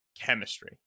chemistry